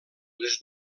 les